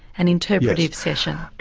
an interpretive session.